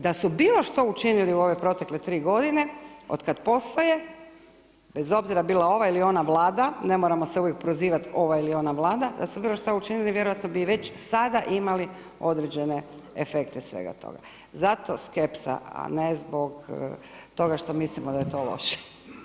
Da su bilo što učinili u ove protekle 3 godine otkad postoje, bez obzira bila ova ili ona Vlada, ne moramo se uvijek prozivati ova ili ona Vlada, da su bila šta učinili, vjerojatno bi već sada imali određene efekte svega toga, zato skepsa, a ne zbog toga što mislim da je to loše.